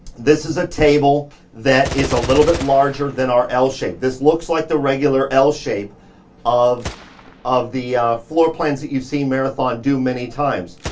this is a table that is a little bit larger than our l-shape. this looks like the regular l-shape of of the floor plans that you've seen marathon do many times,